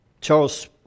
Charles